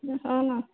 हो ना